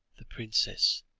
the princess